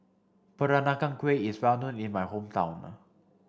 Peranakan Kueh is well known in my hometown